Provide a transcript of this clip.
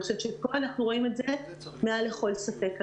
אני חושבת שפה אנחנו רואים את זה מעל לכל ספק,